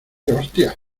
hostias